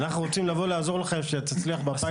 אנחנו רוצים לבוא לעזור לכם שתצליח בפיילוט.